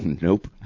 Nope